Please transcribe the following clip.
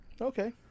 Okay